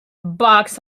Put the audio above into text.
box